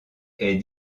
est